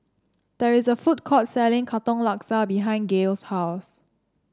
there is a food court selling Katong Laksa behind Gail's house